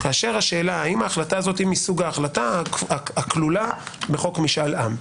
כאשר השאלה היא האם ההחלטה הזו היא מסוג ההחלטה הכלולה בחוק משאל עם,